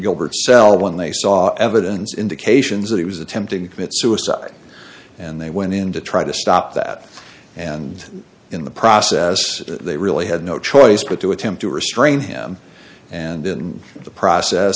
gilbert cell when they saw evidence indications that he was attempting suicide and they went in to try to stop that and in the process they really had no choice but to attempt to restrain him and in the process